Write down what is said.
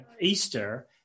Easter